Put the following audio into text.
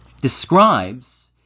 describes